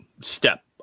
step